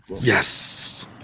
Yes